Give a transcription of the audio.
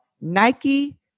Nike